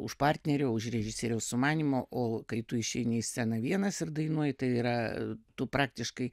už partnerio už režisieriaus sumanymo o kai tu išeini į sceną vienas ir dainuoji tai yra tu praktiškai